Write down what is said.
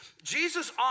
Jesus